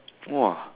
!wah!